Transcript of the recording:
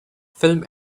film